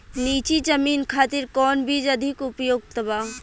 नीची जमीन खातिर कौन बीज अधिक उपयुक्त बा?